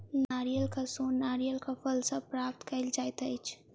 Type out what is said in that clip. नारियलक सोन नारियलक फल सॅ प्राप्त कयल जाइत अछि